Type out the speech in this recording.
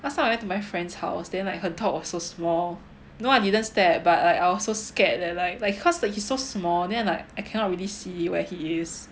last time I went to my friend's house then like her dog was so small no I didn't step but like I was so scared that like like because he was so small then like I cannot really see where he is